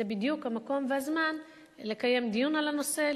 זה בדיוק המקום והזמן לקיים דיון על הנושא,